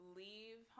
leave